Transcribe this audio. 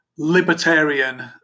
libertarian